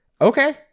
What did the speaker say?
okay